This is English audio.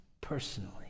personally